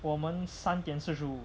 我们三点四十五